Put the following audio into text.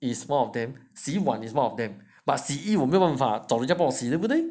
is one of them 洗碗 is one of them but 洗衣我没有办法找人家帮我洗对不对